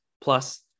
plus